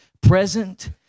present